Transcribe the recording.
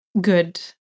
Good